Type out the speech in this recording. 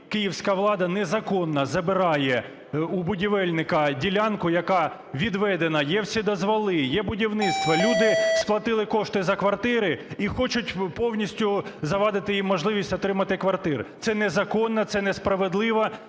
київська влада незаконно забирає у будівельника ділянку, яка відведена, є всі дозволи, є будівництво, люди сплатили кошти за квартири, і хочуть повністю завадити їм можливість отримати квартири. Це незаконно, це несправедливо,